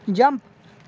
jump